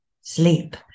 sleep